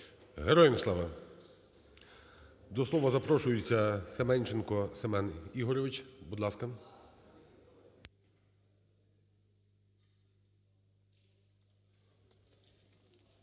Героям слава! До слова запрошуєтьсяСеменченко Семен Ігорович. Будь ласка.